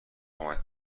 کمک